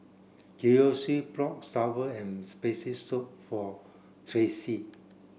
Kiyoshi bought sour and spicy soup for Tracee